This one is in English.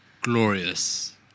glorious